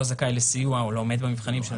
זכאי לסיוע או לא עומד במבחנים של הסיוע.